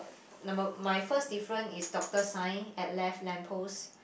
number my first difference is doctor sign at left lamp post